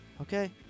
okay